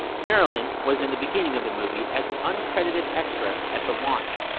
marilyn was in the beginning of the movie, as an uncredited extra at the launch.